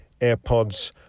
AirPods